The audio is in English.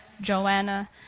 Joanna